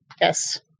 Yes